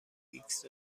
ایکس